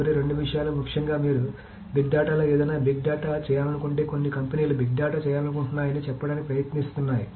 చివరి రెండు విషయాలు ముఖ్యంగా మీరు బిగ్ డేటాలో ఏదైనా బిగ్ డేటా చేయాలనుకుంటే కొన్ని కంపెనీలు బిగ్ డేటా చేయాలనుకుంటున్నాయని చెప్పడానికి ప్రయత్నిస్తున్నాయి